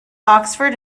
oxford